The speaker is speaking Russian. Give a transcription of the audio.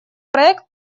проект